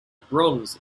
bronze